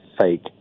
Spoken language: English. fake